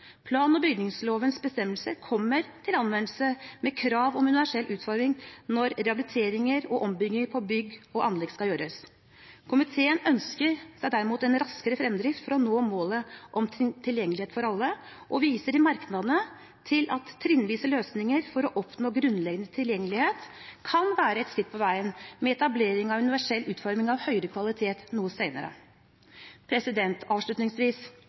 Plan- og bygningslovens bestemmelser kommer til anvendelse ved krav om universell utforming når rehabiliteringer og ombygginger på bygg og anlegg skal utføres. Komiteen ønsker derimot en raskere fremdrift for å nå målet om tilgjengelighet for alle, og viser i merknadene til at trinnvise løsninger for å oppnå grunnleggende tilgjengelighet kan være et skritt på veien mot etablering av universell utforming av høyere kvalitet noe senere. Avslutningsvis: